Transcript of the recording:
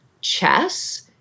Chess